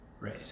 Right